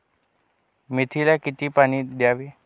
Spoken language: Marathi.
मेथीला किती पाणी द्यावे?